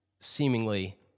seemingly